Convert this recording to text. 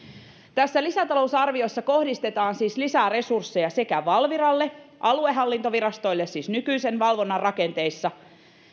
tässä lisätalousarviossa kohdistetaan siis lisää resursseja valviralle aluehallintovirastoille siis nykyisen valvonnan rakenteissa